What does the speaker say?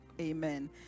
Amen